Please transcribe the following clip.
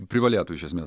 privalėtų iš esmės